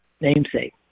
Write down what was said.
namesake